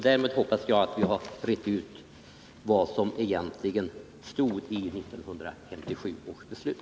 Därmed hoppas jag att vi har rett ut vad som egentligen stod i 1957 års beslut.